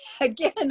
again